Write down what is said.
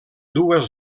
dues